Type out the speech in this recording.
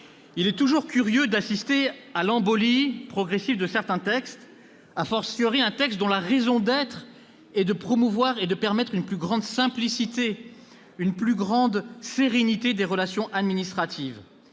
Il est toujours curieux d'assister à l'embolie progressive de certains textes, d'un texte dont la raison d'être est de promouvoir et de permettre une plus grande simplicité, une plus grande sérénité des relations administratives.